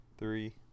Three